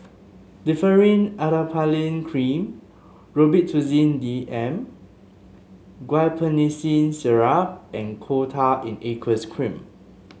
Differin Adapalene Cream Robitussin D M Guaiphenesin Syrup and Coal Tar in Aqueous Cream